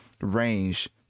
range